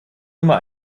immer